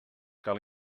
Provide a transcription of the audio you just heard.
cal